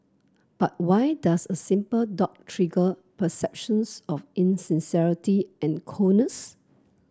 but why does a simple dot trigger perceptions of insincerity and coldness